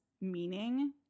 meaning